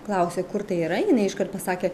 klausė kur tai yra jinai iškart pasakė